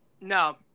No